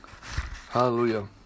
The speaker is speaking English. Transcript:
Hallelujah